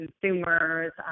consumers